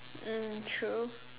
mm true